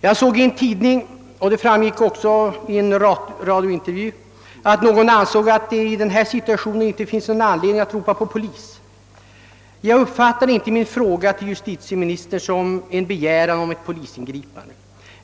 Jag läste i en tidning, och det framgick också av en radiointervju, att någon ansåg att det i denna situation inte finns någon anledning att ropa på polis. Jag anser inte att min fråga till justitieministern kan tolkas som en begäran om polisingripande.